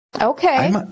Okay